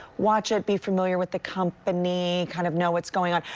watch it, be familiar with the company, kind of know what's going on.